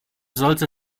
sollte